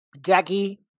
Jackie